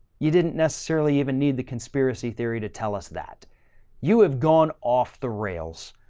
you didn't necessarily even need the conspiracy theory to tell us that you have gone off the rails.